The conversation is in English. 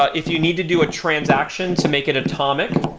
ah if you need to do a transaction to make it atomic,